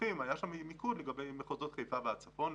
היה מיקוד לגבי מחוזות חיפה והצפון.